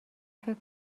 فکر